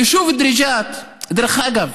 היישוב דריג'את, דרך אגב,